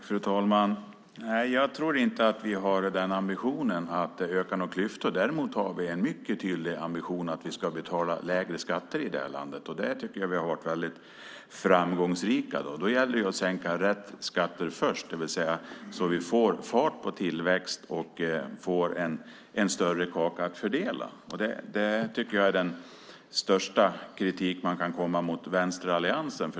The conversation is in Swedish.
Fru talman! Jag tror inte att vi har ambitionen att öka några klyftor. Däremot har vi en mycket tydlig ambition att vi ska betala lägre skatter i det här landet. Där har vi varit väldigt framgångsrika. Det gäller att sänka rätt skatter först, det vill säga få fart på tillväxt och en större kaka att fördela. Det är den största kritik som man kan rikta mot vänsteralliansen.